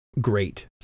great